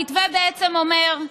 המתווה בעצם אומר: